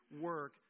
work